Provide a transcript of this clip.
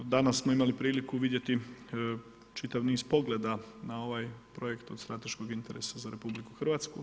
Danas smo imali priliku vidjeti čitav niz pogleda na ovaj projekt od strateškog interesa za RH.